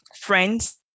friends